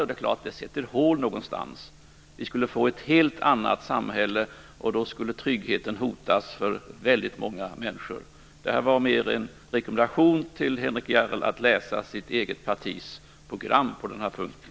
Då är det klart att det uppstår hål någonstans. Vi skulle få ett helt annat samhälle, och tryggheten skulle hotas för väldigt många människor. Det här var mer en rekommendation till Henrik Järrel att läsa sitt eget partis program på den här punkten.